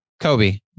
Kobe